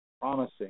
promising